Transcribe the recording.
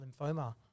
lymphoma